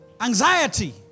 anxiety